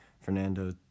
Fernando